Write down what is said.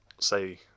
say